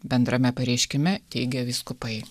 bendrame pareiškime teigia vyskupai